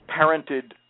parented